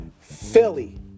Philly